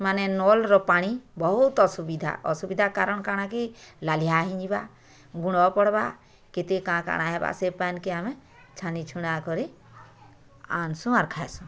ମାନେ ନଲ୍ର ପାଣି ବହୁତ୍ ଅସୁବିଧା ଅସୁବିଧା କାରଣ୍ କାଣା କି ନାଲିହା ହେଇଯିବା ଗୁଣ ପଡ଼୍ବା କେତେ କାଁ କାଁଣା ହେବା ସେ ପାଏନକେ ଆମେ ଛାନି ଛୁନା କରି ଆନ୍ସୁଁ ଆର୍ ଖାଏଁସୁଁ